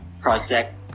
project